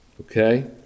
Okay